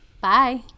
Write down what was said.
bye